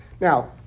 now